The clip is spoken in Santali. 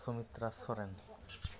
ᱥᱩᱢᱤᱛᱨᱟ ᱥᱚᱨᱮᱱ